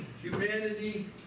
Humanity